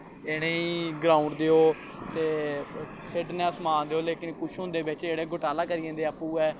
इ'नें गी ग्राउंड देओ ते खेढने दा समान देओ लेकिन कुछ होंदे बिच्च जेह्ड़े घोटाला करी जंदे आपूं गै